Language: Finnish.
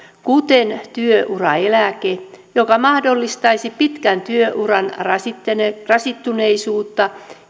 kuten työuraeläke joka mahdollistaisi pitkän työuran rasittuneisuutta